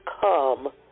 come